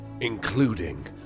Including